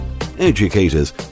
educators